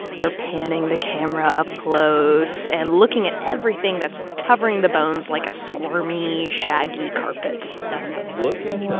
they're panning the camera up close and looking at everything that's covering the bones like a squirmy, shaggy carpet look at